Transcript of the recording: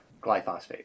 glyphosate